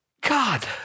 God